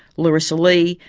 larisa lee,